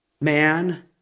man